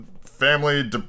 Family